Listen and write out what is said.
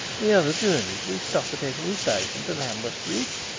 the other journeys we stop at every station to lambeth bridge,